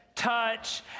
touch